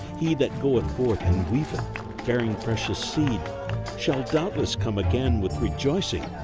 he that goeth forth and weepeth bearing precious seed shall doubtless come again with rejoicing,